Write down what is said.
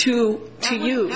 to use